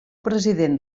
president